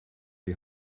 die